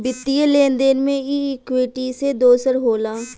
वित्तीय लेन देन मे ई इक्वीटी से दोसर होला